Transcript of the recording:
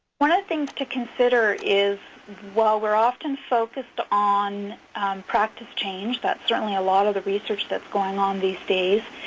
one of the things to consider is while we're often focused on practice change, that's certainly a lot of the research that's going on these days,